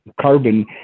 carbon